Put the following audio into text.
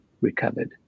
recovered